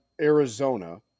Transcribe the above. Arizona